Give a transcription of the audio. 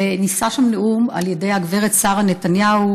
נישא נאום על ידי הגברת שרה נתניהו,